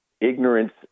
ignorance